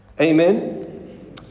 amen